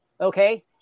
okay